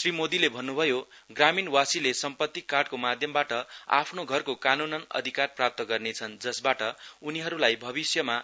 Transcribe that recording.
श्री मोदीले भन्नुभयोग्रामीणवासीले सम्पत्तिकार्डको माध्यमबाट आफ्नो घरको कानूनन् अधिकार प्राप्त गर्नेछन्जसवाट उनीहरुलाई भविष्यमा